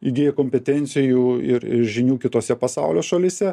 įgiję kompetencijų ir žinių kitose pasaulio šalyse